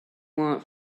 want